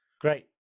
Great